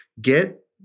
get